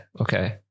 okay